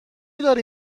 داری